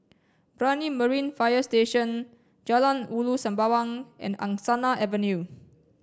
Brani Marine Fire Station Jalan Ulu Sembawang and Angsana Avenue